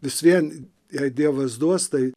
vis vien jei dievas duos tai